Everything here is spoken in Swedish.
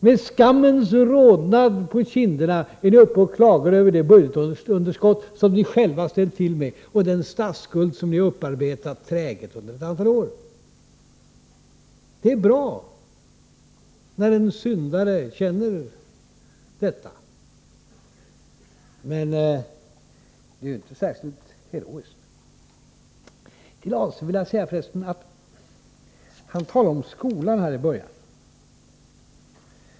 Med skammens rodnad på kinderna är ni uppe och klagar över det budgetunderskott som ni själva ställt till med och den statsskuld som ni upparbetat träget under ett antal år. Det är bra när en syndare känner på detta sätt, men det är inte särskilt heroiskt. Herr Adelsohn talade i början av sitt anförande om skolan.